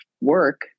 work